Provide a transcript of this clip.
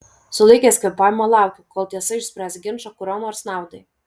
sulaikęs kvėpavimą laukiu kol tiesa išspręs ginčą kurio nors naudai